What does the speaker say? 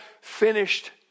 finished